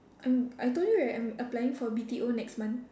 um I told you right I'm applying for B_T_O next month